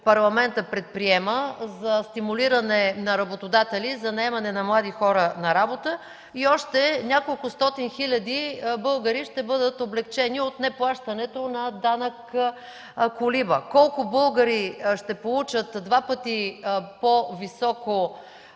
Парламентът предприема за стимулиране на работодатели за наемане на млади хора на работа, и още няколкостотин хиляди българи ще бъдат облекчени от неплащането на данък „колиба”. Колко българи ще получат два пъти по-дълго